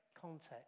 context